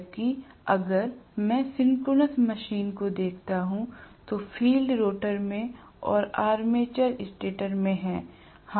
जबकि अगर मैं सिंक्रोनस मशीन को देखता हूं तो फील्ड रोटर में और आर्मेचर स्टेटर में हैं